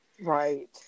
Right